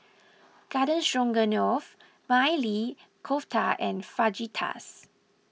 Garden Stroganoff Maili Kofta and Fajitas